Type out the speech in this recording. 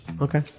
Okay